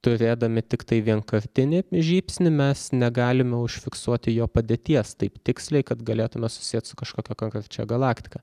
turėdami tiktai vienkartinį žybsnį mes negalime užfiksuoti jo padėties taip tiksliai kad galėtume susiet su kažkokia konkrečia galaktika